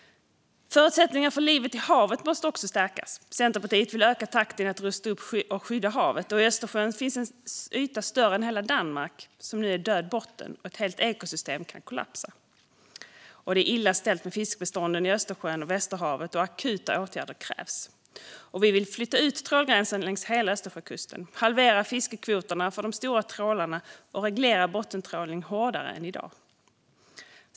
Förutsättningarna för livet i havet måste också stärkas. Centerpartiet vill öka takten i att rusta upp och skydda havet. I Östersjön finns en yta större än hela Danmark där botten nu är död, och ett helt ekosystem kan kollapsa. Det är illa ställt med fiskbestånden i Östersjön och Västerhavet, och akuta åtgärder krävs. Vi vill flytta ut trålgränsen längs hela Östersjökusten, halvera fiskekvoterna för de stora trålarna och reglera bottentrålning hårdare än i dag.